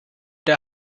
der